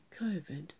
Covid